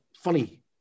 funny